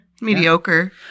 mediocre